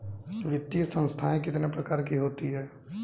वित्तीय संस्थाएं कितने प्रकार की होती हैं?